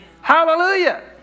Hallelujah